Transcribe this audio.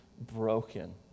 broken